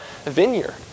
vineyard